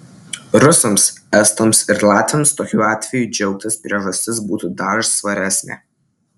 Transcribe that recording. rusams estams ir latviams tokiu atveju džiaugtis priežastis būtų dar svaresnė